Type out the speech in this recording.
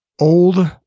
old